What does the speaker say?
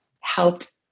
helped